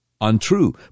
untrue